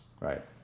Right